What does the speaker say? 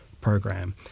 program